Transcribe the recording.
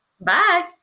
Bye